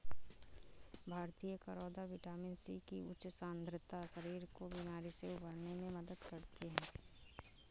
भारतीय करौदा vitamin C की उच्च सांद्रता शरीर को बीमारी से उबरने में मदद करती है